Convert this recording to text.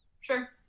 Sure